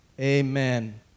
Amen